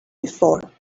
before